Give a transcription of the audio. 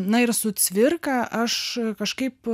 na ir su cvirka aš kažkaip